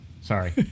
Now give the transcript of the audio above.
Sorry